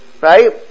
right